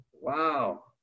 Wow